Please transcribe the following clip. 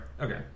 okay